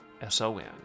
S-O-N